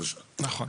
נכון.